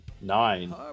Nine